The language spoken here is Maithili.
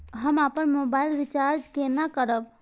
हम अपन मोबाइल रिचार्ज केना करब?